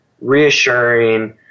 reassuring –